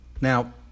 now